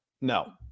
No